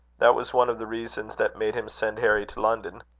that was one of the reasons that made him send harry to london.